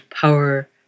power